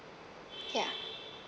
ya